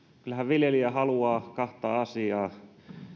kyllähän viljelijä haluaa kahta asiaa